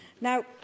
Now